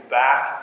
back